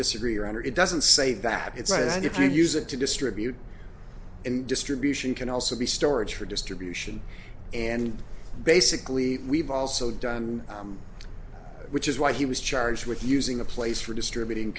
disagree your honor it doesn't say that it's right and if you use it to distribute and distribution can also be storage for distribution and basically we've also done which is why he was charged with using a place for distributing